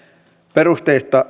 perusteista